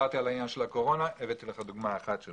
דיברתי על העניין של הקורונה ונתתי לך דוגמה אחת.